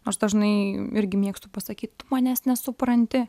aš dažnai irgi mėgstu pasakyt tu manęs nesupranti